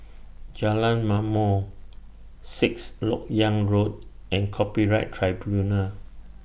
Jalan Ma'mor Sixth Lok Yang Road and Copyright Tribunal